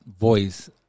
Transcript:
voice